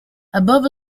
above